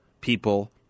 people